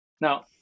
Now